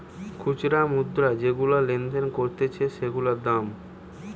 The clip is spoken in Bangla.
খুচরা মুদ্রা যেগুলা লেনদেন করতিছে সেগুলার দাম